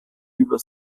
über